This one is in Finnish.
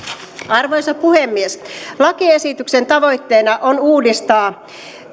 arvoisa puhemies lakiesityksen tavoitteena on uudistaa